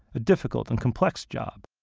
a difficult and complex job.